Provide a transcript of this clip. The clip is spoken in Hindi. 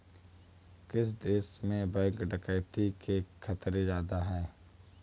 किस देश में बैंक डकैती के खतरे ज्यादा हैं?